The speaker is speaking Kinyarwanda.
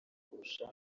kurusha